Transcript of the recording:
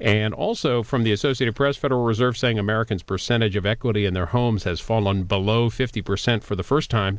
and also from the associated press federal reserve saying americans percentage of equity in their homes has fallen below fifty percent for the first time